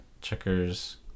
Checkers